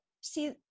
see